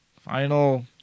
final